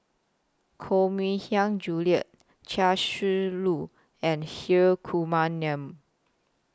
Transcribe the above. Koh Mui Hiang Julie Chia Shi Lu and Hri Kumar Nair